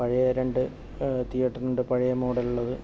പഴയ രണ്ട് തിയേറ്റർ ഉണ്ട് പഴയ മോഡൽ ഉള്ളത്